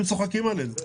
הם צוחקים עלינו,